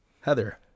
Heather